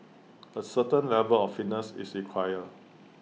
A certain level of fitness is required